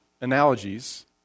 analogies